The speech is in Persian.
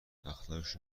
اخلاقش